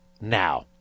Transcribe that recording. now